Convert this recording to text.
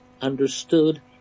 understood